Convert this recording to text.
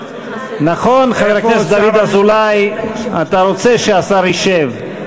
נכון, חבר הכנסת דוד אזולאי, אתה רוצה שהשר ישב.